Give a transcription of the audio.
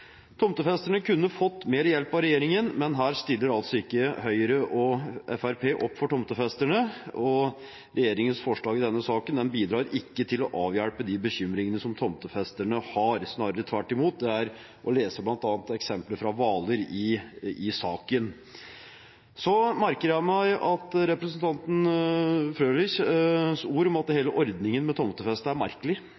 Tomtefesterne kunne fått mer hjelp av regjeringen, men her stiller altså ikke Høyre og Fremskrittspartiet opp. Regjeringens forslag i denne saken bidrar ikke til å avhjelpe de bekymringene som tomtefesterne har, snarere tvert imot. Det er å lese bl.a. av eksempler fra Hvaler i saken. Så merker jeg meg representanten Frølichs ord om at hele ordningen med tomtefeste er merkelig.